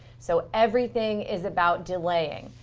so everything is about delaying.